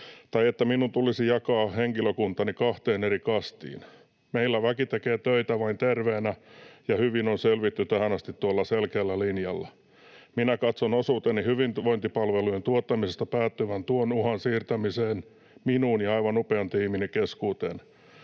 tai että minun tulisi jakaa henkilökuntani kahteen eri kastiin. Meillä väki tekee töitä vain terveenä, ja hyvin on selvitty tähän asti tuolla selkeällä linjalla. Minä katson osuuteni hyvinvointipalvelujen tuottamisesta päättyvän tuon uhan siirtämiseen minuun ja aivan upean tiimini keskuuteen.